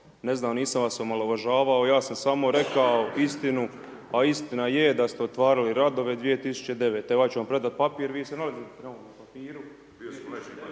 Ne znam, nisam vas omalovažavao. Ja sam samo rekao istinu, a istina je da ste otvarali radove 2009. Ovaj ću vam predati papir … /Govornik